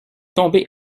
tombé